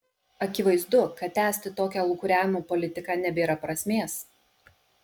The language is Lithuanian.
akivaizdu kad tęsti tokią lūkuriavimo politiką nebėra prasmės